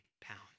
pounds